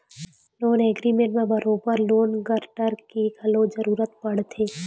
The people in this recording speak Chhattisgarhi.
लोन एग्रीमेंट म बरोबर लोन गांरटर के घलो जरुरत पड़थे